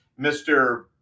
Mr